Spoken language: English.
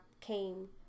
came